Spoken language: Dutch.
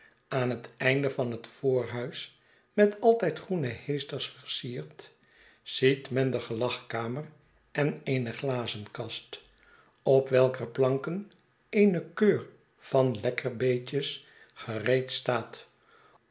aan het eind van het voorhuis met altijd groene heesters versierd ziet men de gelagkamer en eene glazenkast op welker planken eene keur van lekkerbeetjes gereedstaat